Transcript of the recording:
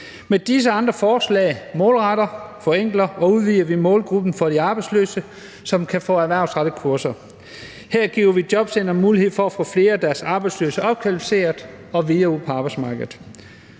Med disse andre forslag målretter, forenkler og udvider vi målgruppen for de arbejdsløse, som kan få erhvervsrettede kurser. Her giver vi jobcentrene mulighed for at få flere af deres arbejdsløse opkvalificeret og videre ud på arbejdsmarkedet.